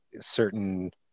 certain